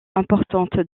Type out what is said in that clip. importante